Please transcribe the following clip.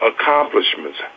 accomplishments